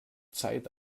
zeit